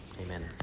Amen